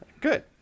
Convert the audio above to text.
good